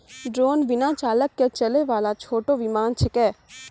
drone बिना चालक के चलै वाला छोटो विमान छेकै